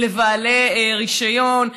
לבעלי רישיון,